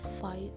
fight